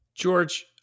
George